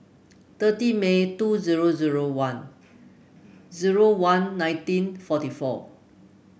thirty May two zero zero one zero one nineteen forty four